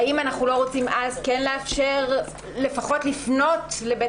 האם אנחנו לא רוצים כן לאפשר לפחות לפנות לבית